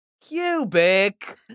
Cubic